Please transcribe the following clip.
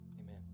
Amen